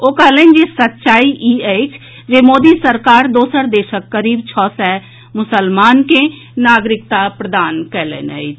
ओ कहलनि जे सच्चाई ई अछि जे मोदी सरकार दोसर देशक करीब छओ सय मुसलमान के नागरिकता प्रदान कयलनि अछि